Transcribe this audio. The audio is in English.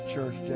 Church